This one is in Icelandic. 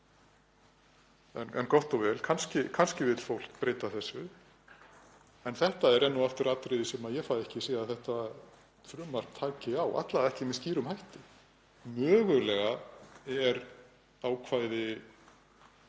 En gott og vel, kannski vill fólk breyta þessu en þetta er enn og aftur atriði sem ég fæ ekki séð að þetta frumvarp taki á, alla vega ekki með skýrum hætti. Mögulega er ákvæði